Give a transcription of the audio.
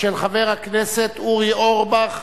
של חבר הכנסת אורי אורבך.